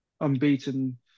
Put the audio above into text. unbeaten